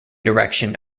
direction